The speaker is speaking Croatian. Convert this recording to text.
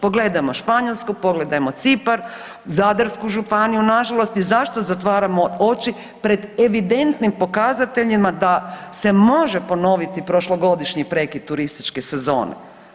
Pogledajmo Španjolsku, pogledajmo Cipar, Zadarsku županiju na žalost i zašto zatvaramo oči pred evidentnim pokazateljima da se može ponoviti prošlogodišnji prekid turističke sezone.